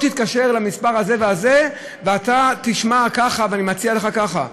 תתקשר למספר הזה והזה ואתה תשמע ככה ואני מציע לך ככה.